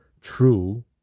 true